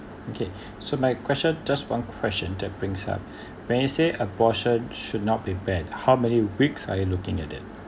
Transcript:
okay so my question just one question that brings up when you say abortion should not be banned how many weeks are you looking at it